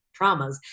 traumas